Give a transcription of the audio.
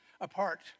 apart